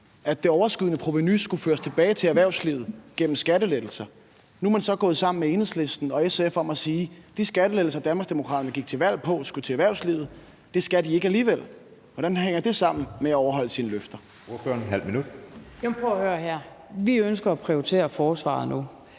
at det overskydende provenu skulle føres tilbage til erhvervslivet gennem skattelettelser. Nu er man så gået sammen med Enhedslisten og SF om at sige, at de skattelettelser, som Danmarksdemokraterne gik til valg på skulle gå til erhvervslivet, alligevel ikke skal gå til erhvervslivet. Hvordan hænger det sammen med at overholde sine løfter?